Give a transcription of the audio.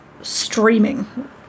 streaming